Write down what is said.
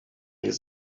his